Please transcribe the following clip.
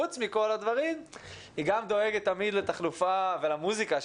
חוץ מכל הדברים היא גם דואגת תמיד לתחלופה ולמוזיקה הקלסית,